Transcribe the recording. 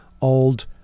old